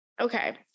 okay